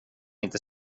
inte